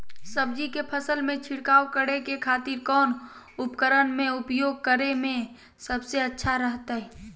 सब्जी के फसल में छिड़काव करे के खातिर कौन उपकरण के उपयोग करें में सबसे अच्छा रहतय?